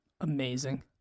Amazing